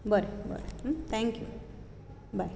बरें बरें थँक्यू बाय